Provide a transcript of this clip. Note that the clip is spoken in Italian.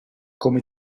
come